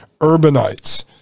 urbanites